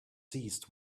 seized